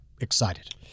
excited